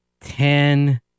ten